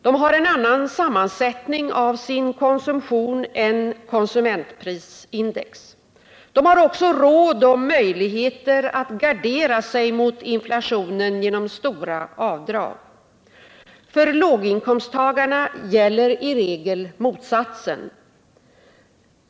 De har en annan sammansättning av sin konsumtion än konsumentprisindex. De har också råd och möjligheter att gardera sig mot inflationen genom stora avdrag. För låginkomsttagarna gäller i regel motsatsen.